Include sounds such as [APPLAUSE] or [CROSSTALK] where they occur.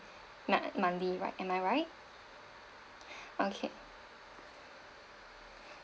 not monthly right am I right [BREATH] okay